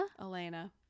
Elena